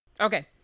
Okay